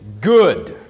good